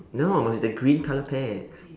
no must be the green colour pear